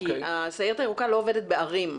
הסיירת הירוקה לא עובדת בערים.